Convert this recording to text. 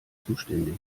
zuständig